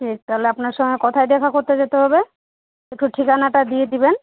ঠিক তাহলে আপনার সঙ্গে কোথায় দেখা করতে যেতে হবে একটু ঠিকানাটা দিয়ে দেবেন